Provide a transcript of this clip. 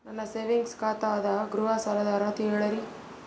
ನನ್ನ ಸೇವಿಂಗ್ಸ್ ಖಾತಾ ಅದ, ಗೃಹ ಸಾಲದ ಅರ್ಹತಿ ಹೇಳರಿ?